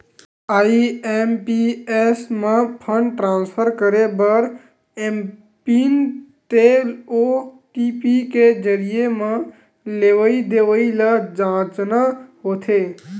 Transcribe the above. IMPS म fund transfer करे बर एमपिन ते ओ.टी.पी के जरिए म लेवइ देवइ ल जांचना होथे